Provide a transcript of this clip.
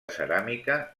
ceràmica